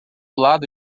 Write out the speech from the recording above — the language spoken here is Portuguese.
lado